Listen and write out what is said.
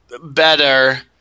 better